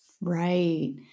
Right